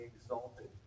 exalted